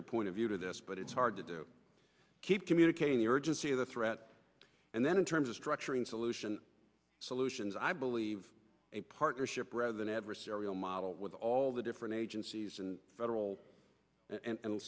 your point of view to this but it's hard to do keep communicating the urgency of the threat and then in terms of structuring solution solutions i believe a partnership rather than adversarial model with all the different agencies and federal and